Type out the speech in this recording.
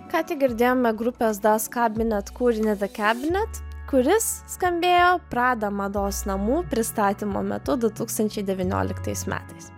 ką tik girdėjome grupės das kabinet kūrinį the cabinet kuris skambėjo prada mados namų pristatymo metu du tūkstančiai devynioliktais metais